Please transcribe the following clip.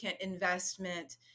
investment